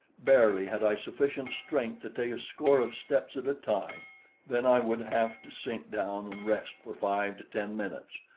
barely had i sufficient strength to take a score of steps at a time then i would have to sink down and rest for five to ten minutes.